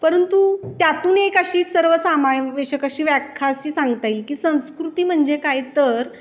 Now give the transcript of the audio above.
परंतु त्यातून एक अशी सर्वसमावेशक अशी व्याख्या अशी सांगता येईल की संस्कृती म्हणजे काय तर